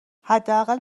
حداقل